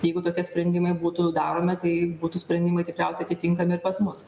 jeigu tokie sprendimai būtų daromi tai būtų sprendimai tikriausiai atitinkami ir pas mus